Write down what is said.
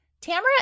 Tamara